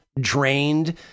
drained